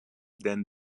than